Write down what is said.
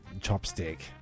chopstick